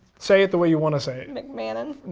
say it the way you want to say it. mcmannon. no,